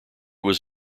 was